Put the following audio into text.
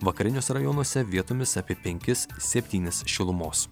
vakariniuose rajonuose vietomis apie penkis septynis šilumos